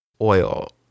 Oil